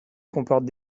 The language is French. comporte